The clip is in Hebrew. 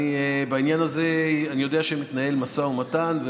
אני יודע שבעניין הזה מתנהל משא ומתן,